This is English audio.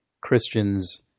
Christians